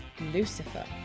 Lucifer